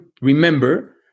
remember